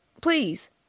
Please